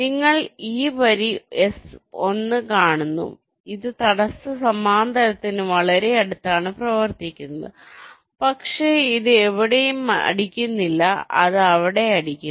നിങ്ങൾ ഈ വരി എസ് 1 കാണുന്നു ഇത് തടസ്സ സമാന്തരത്തിന് വളരെ അടുത്താണ് പ്രവർത്തിക്കുന്നത് പക്ഷേ ഇത് മറ്റെവിടെയും അടിക്കുന്നില്ല അത് ഇവിടെ അടിക്കുന്നു